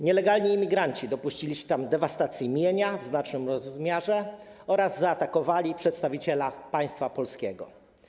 Nielegalni imigranci dopuścili się tam dewastacji mienia w znacznym rozmiarze oraz zaatakowali przedstawiciela państwa polskiego.